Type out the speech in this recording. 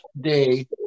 day